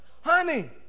Honey